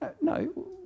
No